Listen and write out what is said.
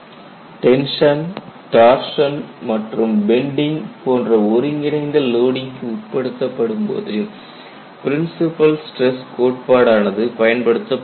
tension torsion மற்றும் bending Tension torsion and bending போன்ற ஒருங்கிணைந்த லோடிங்க்கு உட்படுத்தப்படும்போது பிரின்சிபல் ஸ்டிரஸ் கோட்பாடானது பயன்படுத்தப்படுகின்றது